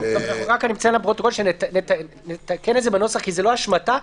אני רק מציין לפרוטוקול שנתקן את זה בנוסח כי זה לא אשמתה,